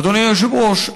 אדוני היושב-ראש,